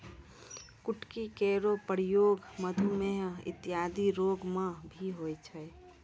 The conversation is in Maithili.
कुटकी केरो प्रयोग मधुमेह इत्यादि रोग म भी होय छै